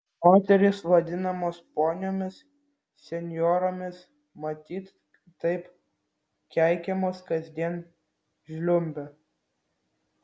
moterys vadinamos poniomis senjoromis matyt taip keikiamos kasdien žliumbia